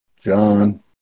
John